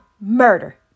murder